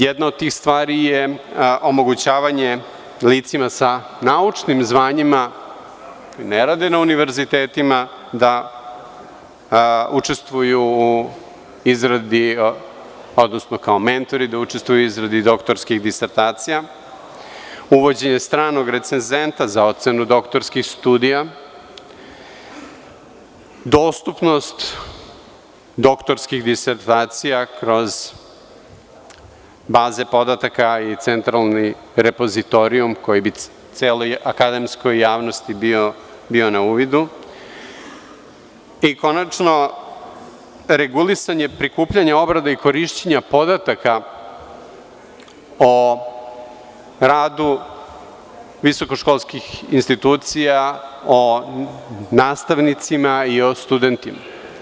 Jedna od tih stvari je omogućavanje licima sa naučnim zvanjima koji ne rade na univerzitetima da učestvuju u izradi, odnosno kao mentori da učestvuju u izradi doktorskih disertacija, uvođenje stranog recenzenta za ocenu doktorskih studija, dostupnost doktorskih disertacija kroz baze podataka i centralni repozitorijum, koji bi celoj akademskoj javnosti bio na uvidu, i, konačno, regulisanje prikupljanja obrada i korišćenja podataka o radu visokoškolskih institucija, o nastavnicima i o studentima.